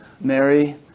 Mary